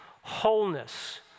wholeness